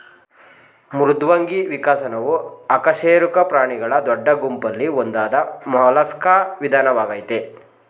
ಮೃದ್ವಂಗಿ ವಿಕಸನವು ಅಕಶೇರುಕ ಪ್ರಾಣಿಗಳ ದೊಡ್ಡ ಗುಂಪಲ್ಲಿ ಒಂದಾದ ಮೊಲಸ್ಕಾ ವಿಧಾನವಾಗಯ್ತೆ